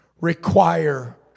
require